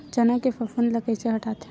चना के फफूंद ल कइसे हटाथे?